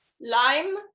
lime